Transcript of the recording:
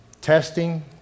testing